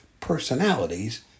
personalities